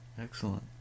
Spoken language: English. excellent